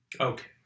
Okay